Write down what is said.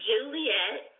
Juliet